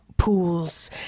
pools